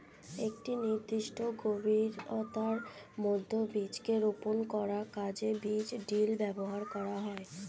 একটি নির্দিষ্ট গভীরতার মধ্যে বীজকে রোপন করার কাজে বীজ ড্রিল ব্যবহার করা হয়